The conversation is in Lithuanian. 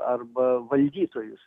arba valdytojus